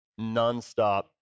nonstop